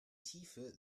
tiefe